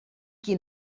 qui